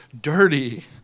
dirty